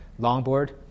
longboard